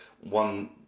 one